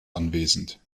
anwesend